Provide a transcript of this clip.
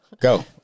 Go